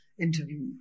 interview